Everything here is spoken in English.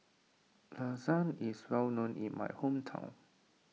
Lasagne is well known in my hometown